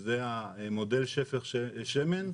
שזה המודל שפך שמן,